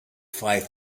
five